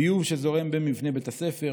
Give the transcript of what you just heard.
ביוב שזורם בין מבני בית הספר,